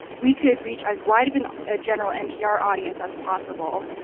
we could reach as wide of and a general npr audience as possible,